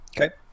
Okay